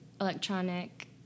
electronic